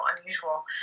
unusual